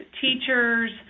teachers